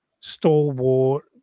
stalwart